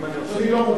אדוני לא מוגבל בזמן.